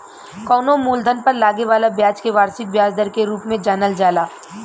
कवनो मूलधन पर लागे वाला ब्याज के वार्षिक ब्याज दर के रूप में जानल जाला